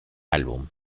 álbum